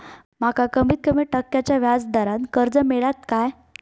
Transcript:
माका कमीत कमी टक्क्याच्या व्याज दरान कर्ज मेलात काय?